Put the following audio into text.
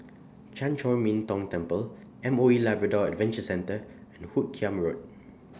Chan Chor Min Tong Temple M O E Labrador Adventure Centre and Hoot Kiam Road